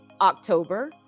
October